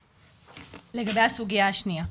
לגבי הסוגיה השנייה,